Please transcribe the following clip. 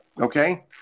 okay